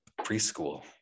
preschool